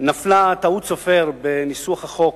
נפלה טעות סופר בניסוח החוק,